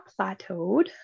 plateaued